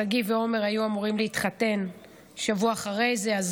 שגיא ועומר היו אמורים להתחתן שבוע אחרי זה.